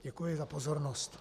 Děkuji za pozornost.